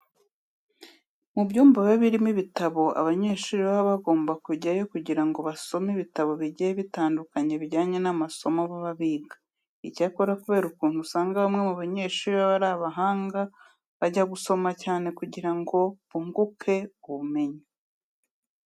Mu byumba biba birimo ibitabo abanyeshuri baba bagomba kujyayo kugira ngo basome ibitabo bigiye bitandukanye bijyanye n'amasomo baba biga. Icyakora kubera ukuntu usanga bamwe mu banyeshuri baba ari abahanga, bajya gusoma cyane kugira ngo bunguke ubumenyi.